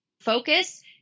focus